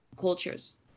cultures